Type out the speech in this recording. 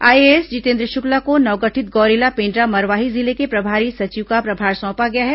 IAS Jitendra Shukla को नवगठित गौरेला पेंड्रा मरवाही जिले के प्रभारी सचिव का प्रभार सौंपा गया है